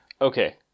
Okay